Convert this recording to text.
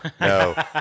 no